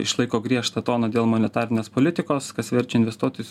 išlaiko griežtą toną dėl monetarinės politikos kas verčia investuotojus